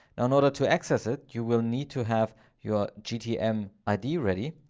in order to access it, you will need to have your gtm id ready.